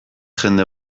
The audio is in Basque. jende